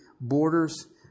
borders